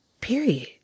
Period